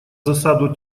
засаду